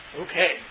Okay